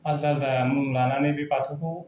आलदा मुं लानानै बे बाथौखौ